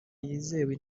yizewe